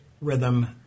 rhythm